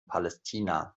palästina